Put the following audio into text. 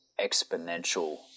exponential